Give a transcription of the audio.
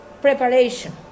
Preparation